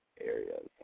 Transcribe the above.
areas